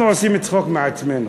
אנחנו עושים צחוק מעצמנו.